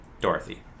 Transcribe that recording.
Dorothy